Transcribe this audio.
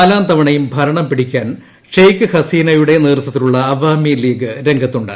നാലാം തവണയും ഭരണം പിടിക്കാൻ ഷെയ്ഖ് ഹസീനയുടെ നേതൃത്വത്തിലുള്ള അവാമി ലീഗ് രംഗത്തുണ്ട്